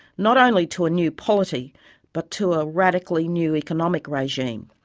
not only to a new polity but to a radically new economic regime.